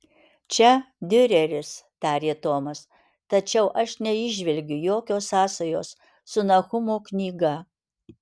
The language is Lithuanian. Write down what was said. čia diureris tarė tomas tačiau aš neįžvelgiu jokios sąsajos su nahumo knyga